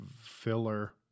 filler